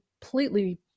completely